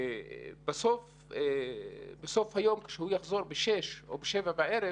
בסוף היום, כשהוא יחזור בשש או בשבע בערב